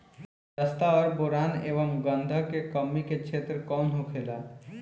जस्ता और बोरान एंव गंधक के कमी के क्षेत्र कौन होखेला?